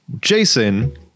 Jason